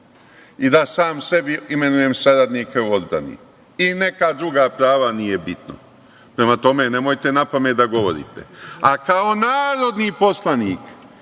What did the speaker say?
i da sam sebi imenujem saradnike u odbrani i neka druga prava, nije bitno. Prema tome, nemojte napamet da govorite. Kao narodni poslanik